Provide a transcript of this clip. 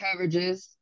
coverages